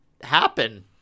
happen